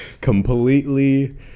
completely